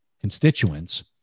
constituents